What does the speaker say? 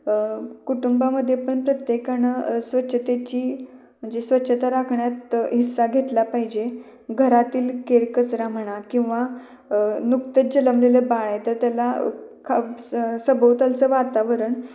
कुटुंबामध्ये पण प्रत्येकानं स्वच्छतेची म्हणजे स्वच्छता राखण्यात हिस्सा घेतला पाहिजे घरातील केरकचरा म्हणा किंवा नुकतेच जलमलेलं बाळ आहे तर त्याला खा स सभोवतालचं वातावरण